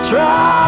Try